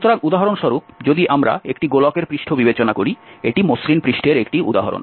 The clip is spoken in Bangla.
সুতরাং উদাহরণস্বরূপ যদি আমরা একটি গোলকের পৃষ্ঠ বিবেচনা করি এটি মসৃণ পৃষ্ঠের একটি উদাহরণ